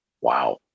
Wow